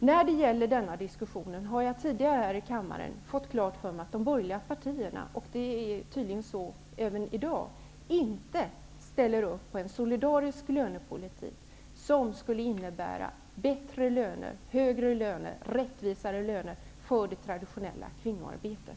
I den här diskussionen har jag tidigare här i riksdagen fått klart för mig att de borgerliga partierna -- det är tydligen så även i dag -- inte ställer upp för en solidarisk lönepolitik, som skulle innebära bättre löner, högre löner och rättvisare löner för det traditionella kvinnoarbetet.